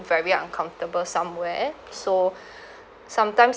very uncomfortable somewhere so sometimes